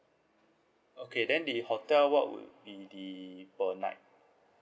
okay then the hotel what would be the per night